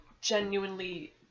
genuinely